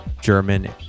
German